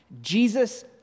Jesus